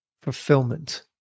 fulfillment